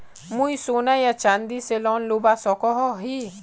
मुई सोना या चाँदी से लोन लुबा सकोहो ही?